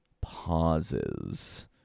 pauses